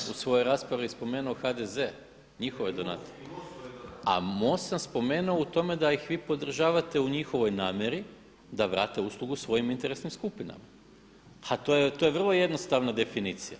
Ja sam u svojoj raspravi spomenuo HDZ, njihove donatore. … [[Upadica se ne čuje.]] A MOST sam spomenuo u tome da ih vi podržavate u njihovoj namjeri da vrate uslugu svojim interesnim skupinama a to je vrlo jednostavna definicija.